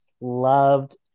loved